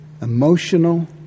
emotional